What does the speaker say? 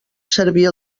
servir